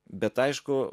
bet aišku